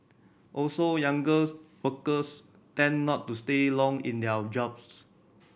also younger workers tend not to stay long in their jobs